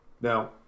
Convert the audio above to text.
Now